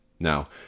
Now